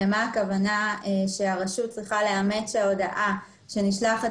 למה הכוונה שהרשות צריכה לאמת שההודעה שנשלחת